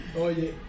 Oye